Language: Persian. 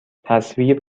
تصویر